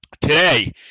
Today